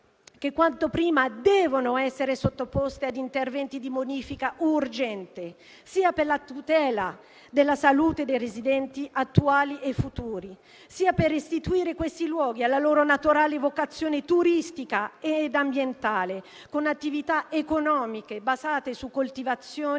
zone quanto prima devono essere sottoposte a interventi di bonifica urgente sia per la tutela della salute dei residenti attuali e futuri, sia per restituire questi luoghi alla loro naturale vocazione turistica e ambientale, con attività economiche basate su coltivazioni